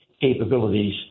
capabilities